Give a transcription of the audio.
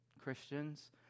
Christians